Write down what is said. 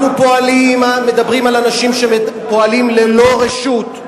אנחנו מדברים על אנשים שפועלים ללא רשות.